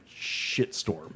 shitstorm